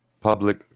public